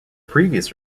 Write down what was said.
previous